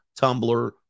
Tumblr